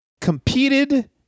competed